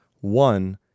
One